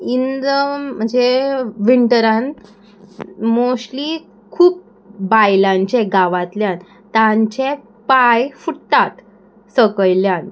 in the म्हणजे विंटरान mostly खूब बायलांचे गांवांतल्यान तांचे पांय फुट्टात सकयल्यान